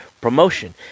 promotion